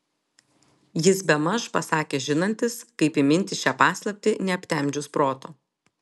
jis bemaž pasakė žinantis kaip įminti šią paslaptį neaptemdžius proto